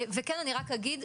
וכן אני רק אגיד,